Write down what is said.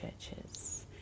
churches